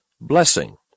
blessing